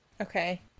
Okay